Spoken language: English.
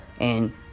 and-